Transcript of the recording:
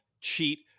cheat